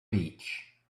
beach